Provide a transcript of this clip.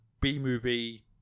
B-movie